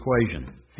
equation